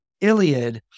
Iliad